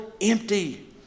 empty